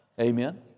Amen